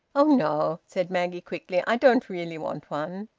oh no! said maggie quickly. i don't really want one.